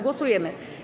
Głosujemy.